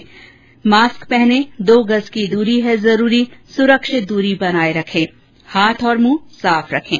mask पहनें दो गज़ की दूरी है जरूरी सुरक्षित दूरी बनाए रखें हाथ और मुंह साफ रखें